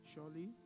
Surely